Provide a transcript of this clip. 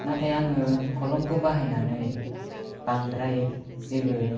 नाथाय आङो खलमखौ बाहायनानै बांद्राय जेबो